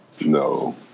No